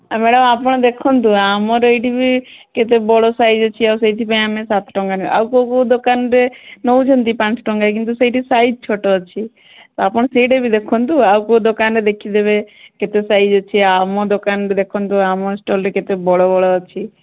ଆଉ ମ୍ୟାଡମ୍ ଆପଣ ଦେଖନ୍ତୁ ଆମର ଏଇଠି ବି କେତେ ବଡ଼ ସାଇଜ୍ ଅଛି ଆଉ ସେଇଥିପାଇଁ ଆମେ ସାତ ଟଙ୍କା ଆଉ କୋଉ କୋଉ ଦୋକାନରେ ନେଉଛନ୍ତି ପାଞ୍ଚ ଟଙ୍କା କିନ୍ତୁ ସେଇଠି ସାଇଜ୍ ଛୋଟ ଅଛି ତ ଆପଣ ସେଇଟା ବି ଦେଖନ୍ତୁ ଆଉ କୋଉ ଦୋକାନରେ ଦେଖିଦେବେ କେତେ ସାଇଜ୍ ଅଛି ଆଉ ଆମ ଦୋକାନରେ ଦେଖନ୍ତୁ ଆମ ଷ୍ଟଲ୍ରେ କେତେ ବଡ଼ ବଡ଼ ଅଛି